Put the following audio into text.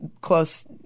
close